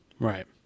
right